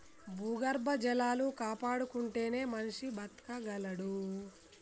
భూగర్భ జలాలు కాపాడుకుంటేనే మనిషి బతకగలడు